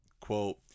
quote